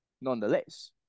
Nonetheless